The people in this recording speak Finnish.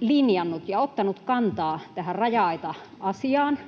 linjannut ja ottanut kantaa tähän raja-aita-asiaan,